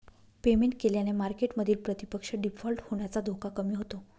payment केल्याने मार्केटमधील प्रतिपक्ष डिफॉल्ट होण्याचा धोका कमी होतो